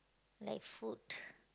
like food